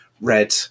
red